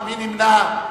מי נמנע?